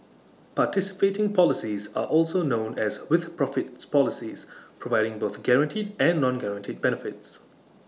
participating policies are also known as with profits policies providing both guaranteed and non guaranteed benefits